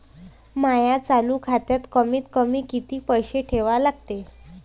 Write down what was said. माया चालू खात्यात कमीत कमी किती पैसे ठेवा लागते?